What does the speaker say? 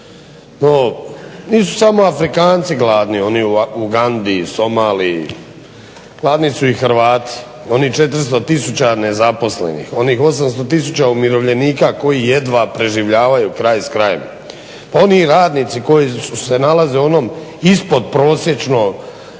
No, nisu samo Afrikanci gladni oni u Ugandi, Somaliji, gladni su i Hrvati, onih 400000 nezaposlenih, onih 800000 umirovljenika koji jedva preživljavaju kraj s krajem. Pa i oni radnici koji se nalaze u onom ispod prosječno,